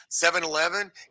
7-Eleven